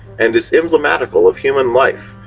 and is emblematical of human life,